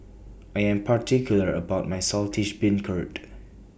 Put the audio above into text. I Am particular about My Saltish Beancurd